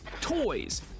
toys